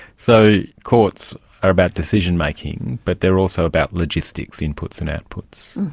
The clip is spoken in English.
so courts are about decision-making, but they're also about logistics inputs and outputs.